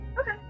Okay